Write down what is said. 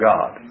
God